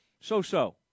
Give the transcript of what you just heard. so-so